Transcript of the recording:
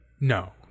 No